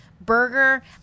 burger